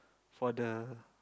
for the